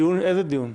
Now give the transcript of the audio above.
איזה דיון?